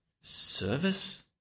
service